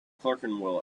clerkenwell